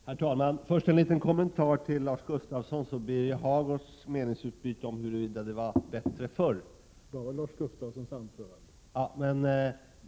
Herr talman! Först en liten kommentar till Lars Gustafssons och Birger Hagårds meningsutbyte om huruvida det var bättre förr.